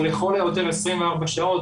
או לכל היותר 24 שעות,